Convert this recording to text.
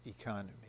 economy